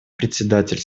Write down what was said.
представитель